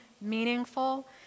meaningful